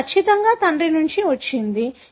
అది ఖచ్చితంగా తండ్రి నుండి వచ్చింది